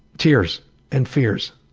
tears and fears.